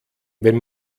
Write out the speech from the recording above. wenn